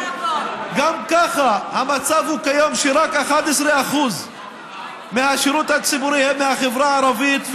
גם ככה המצב כיום הוא שרק 11% מהשירות הציבורי הם מהחברה הערבית.